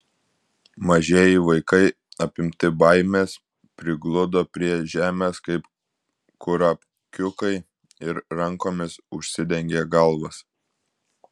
mažieji vaikai apimti baimės prigludo prie žemės kaip kurapkiukai ir rankomis užsidengė galvas